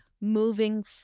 moving